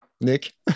nick